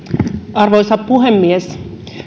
arvoisa puhemies